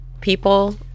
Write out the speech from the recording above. people